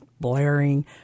blaring